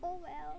oh well